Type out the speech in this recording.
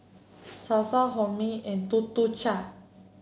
Sasa Hormel and Tuk Tuk Cha